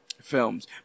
films